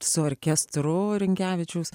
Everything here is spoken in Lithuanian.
su orkestru rinkevičiaus